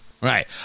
right